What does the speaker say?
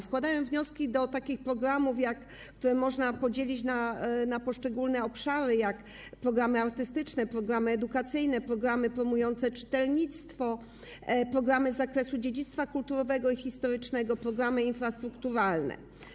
Składają wnioski w przypadku programów, które można podzielić na poszczególne obszary: programy artystyczne, programy edukacyjne, programy promujące czytelnictwo, programy z zakresu dziedzictwa kulturowego i historycznego i programy infrastrukturalne.